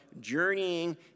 journeying